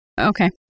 Okay